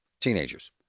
teenagers